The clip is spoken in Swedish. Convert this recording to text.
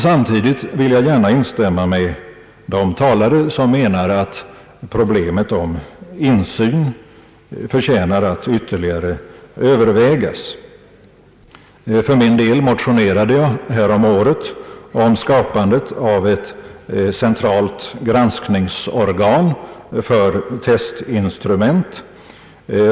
Samtidigt vill jag instämma med de talare som anser att problemet om insyn förtjänar att ytterligare övervägas. För min del motionerade jag härom året om skapandet av ett centralt granskningsorgan för testinstrument.